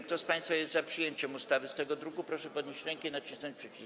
Kto z państwa jest za przyjęciem ustawy z tego druku, proszę podnieść rękę i nacisnąć przycisk.